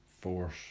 force